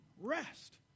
rest